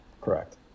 Correct